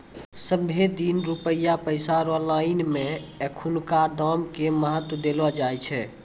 सबहे दिन रुपया पैसा रो लाइन मे एखनुका दाम के महत्व देलो जाय छै